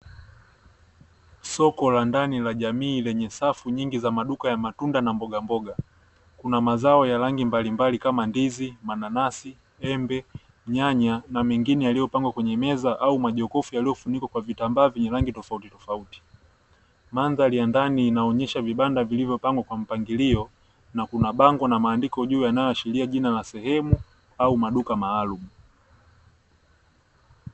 Soko la ndani la jamii lenye safu nyingi za maduka ya matunda na mbogamboga, kuna mazao ya rangi mbalimbali kama vile: ndizi, mananasi, embe, nyanya na mengine yaliyopangwa kwenye meza au majokofu, yaliyofungwa vitambaa vyenye rangi tofautitofauti. Mandhari ya ndani inaonyesha vibanda vilivyopangwa kwa mpangilio, na kuna bango na maandiko juu, yanayoashiria jina la sehemu au maduka maalumu.